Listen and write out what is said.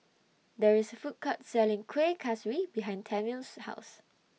There IS A Food Court Selling Kuih Kaswi behind Tami's House